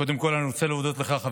קודם כול אני רוצה להודות לך,